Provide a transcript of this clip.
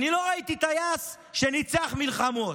אני לא ראיתי טייס שניצח במלחמות.